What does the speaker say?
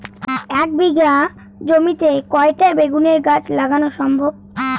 এক বিঘা জমিতে কয়টা বেগুন গাছ লাগানো সম্ভব?